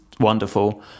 wonderful